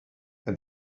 and